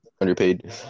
Underpaid